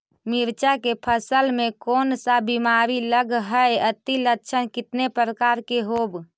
मीरचा के फसल मे कोन सा बीमारी लगहय, अती लक्षण कितने प्रकार के होब?